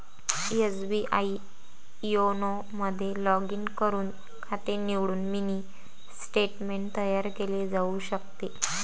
SBI YONO मध्ये log in करून खाते निवडून मिनी स्टेटमेंट तयार केले जाऊ शकते